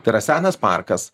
tai yra senas parkas